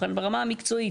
ברמה המקצועית.